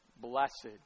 blessed